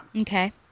Okay